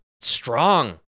strong